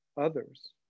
others